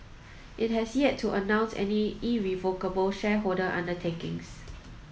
it has yet to announce any irrevocable shareholder undertakings